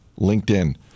LinkedIn